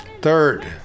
Third